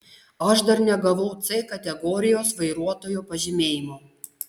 aš dar negavau c kategorijos vairuotojo pažymėjimo